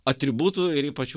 atributų ir ypač